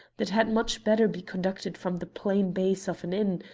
that had much better be conducted from the plain base of an inn,